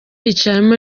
yicayemo